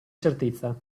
certezza